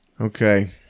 Okay